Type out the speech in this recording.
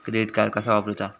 Credit card कसा वापरूचा?